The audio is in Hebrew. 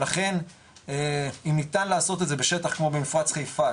ולכן אם ניתן לעשות את זה בשטח כמו במפרץ חיפה,